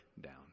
down